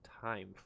time